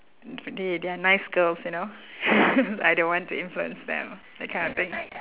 they they are nice girls you know I don't want to influence them that kind of thing